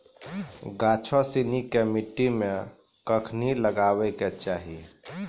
गाछो सिनी के मट्टी मे कखनी लगाबै के चाहि?